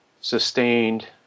sustained